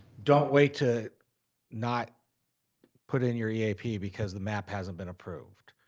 don't wait to not put in your eap because the map hasn't been approved.